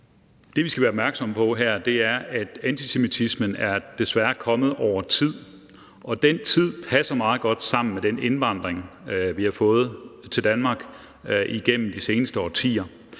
Det, vi skal være opmærksomme på her, er, at antisemitismen desværre er kommet over tid, og at den tidsperiode passer meget godt sammen med den indvandring, vi har fået til Danmark igennem de seneste årtier.